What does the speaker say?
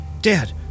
Dad